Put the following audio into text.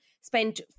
Spent